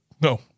No